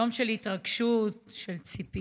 יום של התרגשות, של ציפייה,